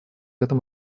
этому